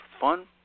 fun